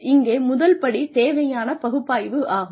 இங்கே முதல் படி தேவையான பகுப்பாய்வு ஆகும்